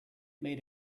made